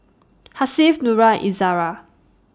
Hasif Nura Izara